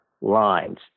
lines